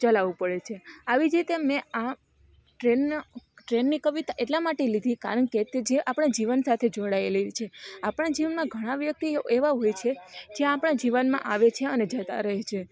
ચલાવવું પડે છે આવી જ રીતે મેં આ ટ્રેન ટ્રેનની કવિતા એટલા માટે લીધી કારણ કે તે જે આપણા જીવન સાથે જોડાયેલી છે આપણા જીવનમાં ઘણા વ્યક્તિઓ એવા હોય છે જ્યાં આપણા જીવનમાં આવે છે અને જતા રહે છે